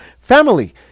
family